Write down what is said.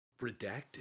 Redacted